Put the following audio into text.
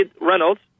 Reynolds